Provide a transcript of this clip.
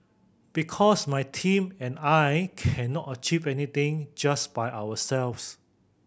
because my team and I cannot achieve anything just by ourselves